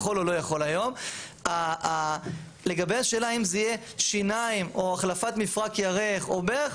השאלה האם זה יהיה שיניים או החלפת מפרק ירך או ברך,